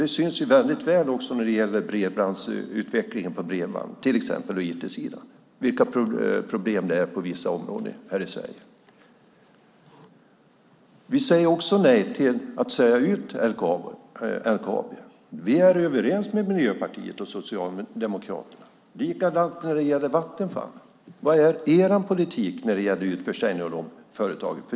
Det syns väl när det gäller utvecklingen av bredband och IT. Det är problem i vissa områden i Sverige. Vi säger nej till att sälja ut LKAB. Vi är överens med Miljöpartiet och Socialdemokraterna. Likadant är det när det gäller Vattenfall. Vad är er politik när det gäller utförsäljning av de företagen?